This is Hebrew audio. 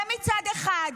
זה מצד אחד.